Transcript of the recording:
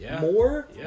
more